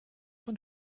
von